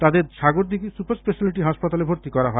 তাদের Sagardighi super speciality হাসপাতালে ভর্তি করা হয়